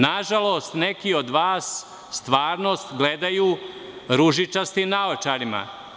Nažalost neki od vas stvarnost gledaju ružičastim naočarima.